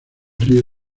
río